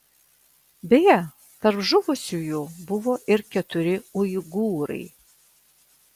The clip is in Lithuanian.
beje tarp žuvusiųjų buvo ir keturi uigūrai